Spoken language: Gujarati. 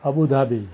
અબુધાબી